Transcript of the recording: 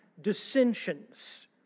Dissensions